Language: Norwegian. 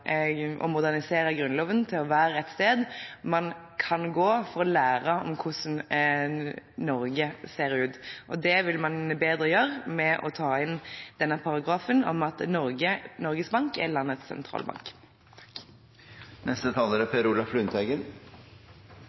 og modernisere Grunnloven til å være et sted man kan gå for å lære om hvordan Norge ser ut. Det vil man bedre kunne gjøre med å ta inn denne paragrafen om at Norges Bank er landets sentralbank. Jeg vil først slutte meg til det som foregående taler,